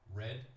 red